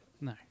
No